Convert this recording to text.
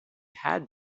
had